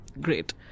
great